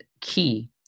key